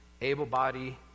able-bodied